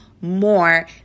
more